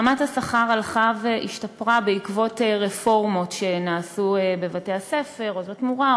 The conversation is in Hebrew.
רמת השכר הלכה והשתפרה בעקבות רפורמות שנעשו בבתי-הספר: "עוז לתמורה",